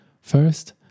First